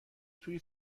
توی